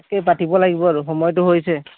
তাকে পাতিব লাগিব আৰু সময়টো হৈছে